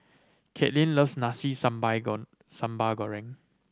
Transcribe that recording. Katelin loves nasi sambal gone sambal goreng